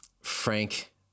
Frank